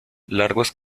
largos